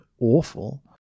awful